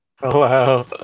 Hello